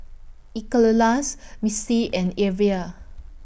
Nicolas Misti and Evia